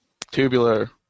Tubular